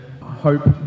hope